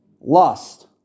lust